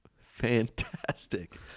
Fantastic